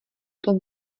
tom